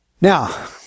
Now